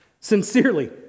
sincerely